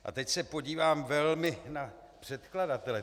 A teď se podívám velmi na předkladatele.